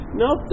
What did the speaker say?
nope